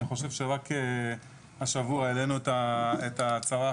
אני חושב שרק השבוע העלינו את ההצהרה האחרונה.